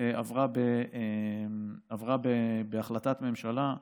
שעברה בהחלטת ממשלה,